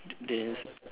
didn't s~